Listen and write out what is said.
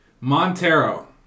Montero